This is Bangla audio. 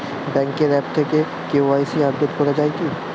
ব্যাঙ্কের আ্যপ থেকে কে.ওয়াই.সি আপডেট করা যায় কি?